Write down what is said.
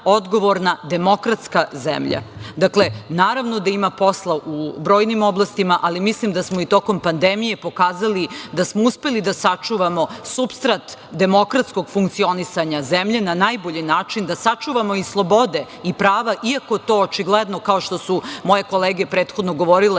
odgovorna, demokratska zemlja. Dakle, naravno da ima posla u brojnim oblastima, ali mislim da smo i tokom pandemije pokazali da smo uspeli da sačuvamo supstrat demokratskog funkcionisanja zemlje na najbolji način, da sačuvamo i slobode i prava, iako to očigledno, kao što su moje kolege prethodno govorile,